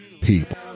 people